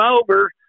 over